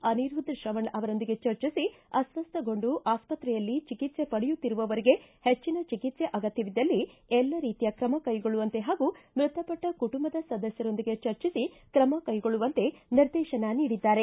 ಅನಿರುದ್ದ ಶ್ರವಣ್ ಅವರೊಂದಿಗೆ ಚರ್ಚಿಸಿ ಅಸ್ತಸ್ವಗೊಂಡು ಆಸ್ತಕ್ರೆಯಲ್ಲಿ ಚಿಕಿತ್ಸೆ ಪಡೆಯುತ್ತಿರುವವರಿಗೆ ಹೆಚ್ಚಿನ ಚಿಕಿತ್ಸೆ ಅಗತ್ಯವಿದ್ದಲ್ಲಿ ಎಲ್ಲಾ ರೀತಿಯ ಕ್ರಮ ಕೈಗೊಳ್ಳುವಂತೆ ಹಾಗೂ ಮೃತಪಟ್ಟ ಕುಟುಂಬದ ಸದಸ್ಕರೊಂದಿಗೆ ಚರ್ಚಿಸಿ ಕ್ರಮ ಕೈಗೊಳ್ಳುವಂತೆ ನಿರ್ದೇಶನ ನೀಡಿದ್ದಾರೆ